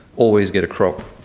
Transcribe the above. always get a crop.